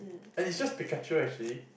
and is just Pikachu actually